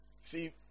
See